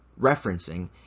referencing